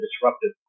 disruptive